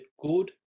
good